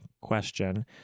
question